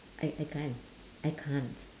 I I can't I can't